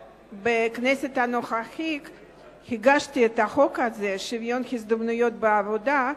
בכנסת הנוכחית הגשתי את הצעת החוק הזאת לשוויון הזדמנויות בעבודה,